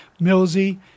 Millsy